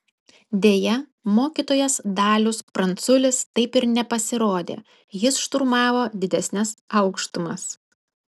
deja mokytojas dalius pranculis taip ir nepasirodė jis šturmavo didesnes aukštumas